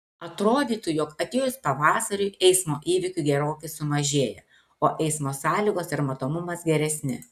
atrodytų jog atėjus pavasariui eismo įvykių gerokai sumažėja o eismo sąlygos ir matomumas geresni